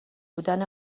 بودن